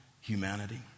humanity